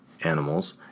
animals